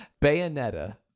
Bayonetta